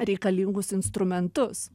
reikalingus instrumentus